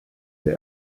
der